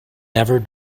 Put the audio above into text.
never